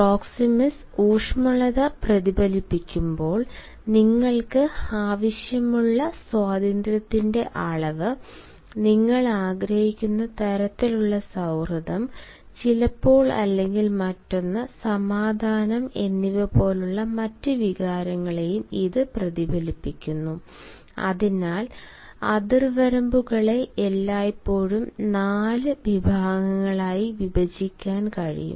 proxemics ഊഷ്മളത പ്രതിഫലിപ്പിക്കുമ്പോൾ നിങ്ങൾക്ക് ആവശ്യമുള്ള സ്വാതന്ത്ര്യത്തിന്റെ അളവ് നിങ്ങൾ ആഗ്രഹിക്കുന്ന തരത്തിലുള്ള സൌഹൃദം ചിലപ്പോൾ അല്ലെങ്കിൽ മറ്റൊന്ന് സമാധാനം എന്നിവ പോലുള്ള മറ്റ് വികാരങ്ങളെയും ഇത് പ്രതിഫലിപ്പിക്കുന്നു അതിനാൽ അതിർവരമ്പുകളെ എല്ലായ്പ്പോഴും 4 വിഭാഗങ്ങളായി വിഭജിക്കാൻ കഴിയും